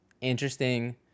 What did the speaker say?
interesting